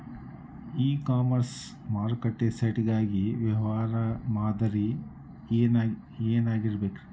E commerce ಮಾರುಕಟ್ಟೆ site ಗಾಗಿ ವ್ಯವಹಾರ ಮಾದರಿ ಏನಾಗಿರಬೇಕ್ರಿ?